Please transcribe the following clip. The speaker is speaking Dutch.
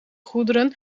goederen